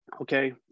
Okay